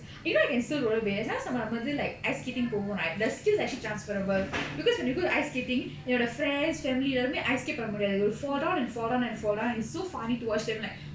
you know I can still roller blade என்ன சொல்றது:enna solradhu like ice skating போனும்:ponum the skills actually transferable because when you go to ice skating என்னோட:ennoda friends family எல்லாருமே:ellaarumae ice skate பண்ணமுடியாது:pannamudiyadhu you will fall down and fall down and fall down is so funny to watch them like